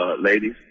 ladies